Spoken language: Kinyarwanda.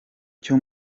cyo